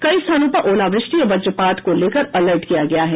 कई स्थानों पर ओलावृष्टि और वजपात को लेकर अलर्ट किया गया है